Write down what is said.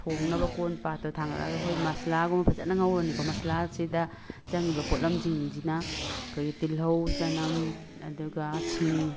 ꯊꯣꯡꯅꯕ ꯀꯣꯟ ꯄꯥꯇ꯭ꯔ ꯊꯥꯡꯒꯠꯂꯒ ꯑꯩꯈꯣꯏ ꯃꯁꯂꯥꯒꯨꯝꯕ ꯐꯖꯅ ꯉꯧꯔꯅꯤꯀꯣ ꯃꯁꯂꯥꯁꯤꯗ ꯆꯪꯉꯤꯕ ꯄꯣꯠꯂꯝꯁꯤꯡꯁꯤꯅ ꯑꯩꯈꯣꯏꯒꯤ ꯇꯤꯜꯂꯧ ꯆꯅꯝ ꯑꯗꯨꯒ ꯁꯤꯡ